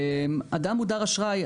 אדם מודר אשראי,